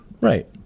Right